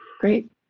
Great